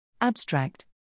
Abstract